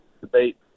Debate